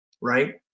right